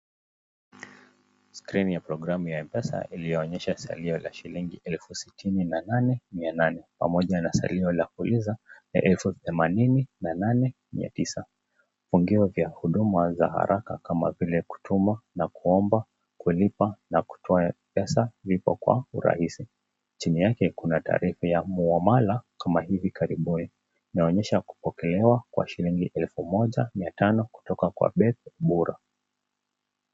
Skrini ya programu ya M-Pesa iliyoonyesha salio la shilingi 60,800 pamoja na salio la kuuliza ni 88,900. Fungiwa vya huduma za haraka kama vile kutuma na kuomba, kulipa na kutoa pesa vipo kwa urahisi. Chini yake kuna taarifa ya muamala kama hivi karibuni. Inaonyesha kupokelewa kwa shilingi 1,500 kutoka kwa Beth Bura.